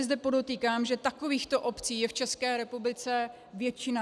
Zde podotýkám, že takovýchto obcí je v České republice většina.